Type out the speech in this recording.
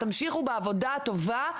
תמשיכו בעבודה הטובה,